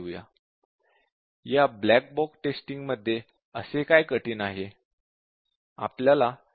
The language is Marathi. या ब्लॅक बॉक्स टेस्टिंगमध्ये असे काय कठीण आहे